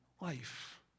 life